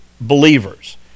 believers